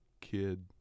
kid